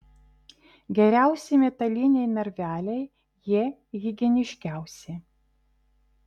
geriausi metaliniai narveliai jie higieniškiausi